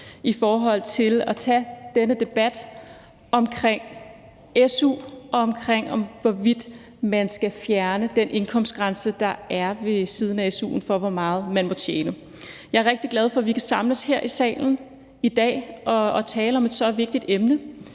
i forhold til at tage denne debat omkring su og om, hvorvidt man skal fjerne den indkomstgrænse, der er for, hvor meget man må tjene ved siden af su'en. Jeg er rigtig glad for, at vi kan samles her i salen i dag og tale om et så vigtigt emne,